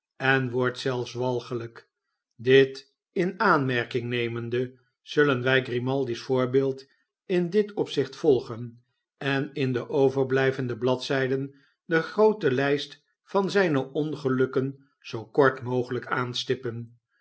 en wordt zelfs walgelijk dit in aanmerking nemende zullen wij grimaldi's voorbeeld in dit opzicht volgen en in de overblijvende bladzijden de groote lijst van zijne ongelukken zoo kort mogelijk aanstippen